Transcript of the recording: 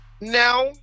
Now